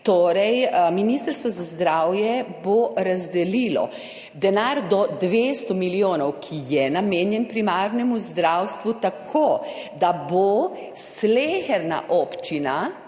Torej bo Ministrstvo za zdravje razdelilo denar do 200 milijonov, ki je namenjen primarnemu zdravstvu, tako, da bo sleherna občina